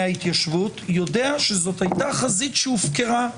ההתיישבות יודע שזאת הייתה חזית שהופקרה.